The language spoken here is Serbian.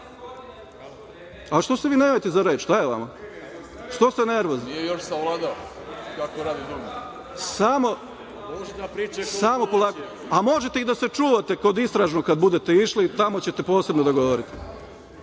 se vi ne javite za reč? Šta je vama? Što ste nervozni? Samo polako. A možete i da se čuvate kod istražnog kad budete išli, tamo ćete posebno da govorite. Ti